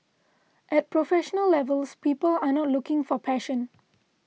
at professional levels people are not looking for passion